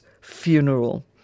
funeral